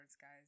guys